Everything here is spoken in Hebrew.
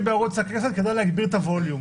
בערוץ הכנסת כדאי להגביר את הווליום.